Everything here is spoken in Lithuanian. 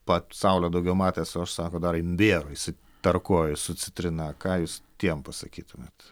pasaulio daugiau matęs o aš sako dar imbiero įsitarkuoju su citrina ką jūs tiem pasakytumėt